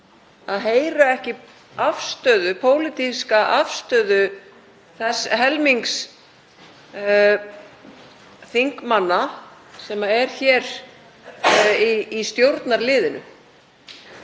að heyra pólitíska afstöðu þess helmings þingmanna sem er í stjórnarliðinu.